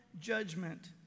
judgment